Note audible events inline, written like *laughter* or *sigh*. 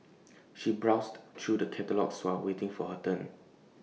*noise* she browsed through the catalogues while waiting for her turn